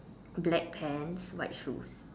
black pants white shoes